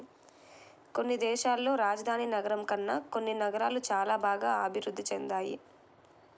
కొన్ని దేశాల్లో రాజధాని నగరం కన్నా కొన్ని నగరాలు చానా బాగా అభిరుద్ధి చెందాయి